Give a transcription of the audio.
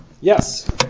Yes